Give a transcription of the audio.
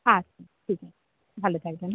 আচ্ছা ঠিক আছে ভালো থাকবেন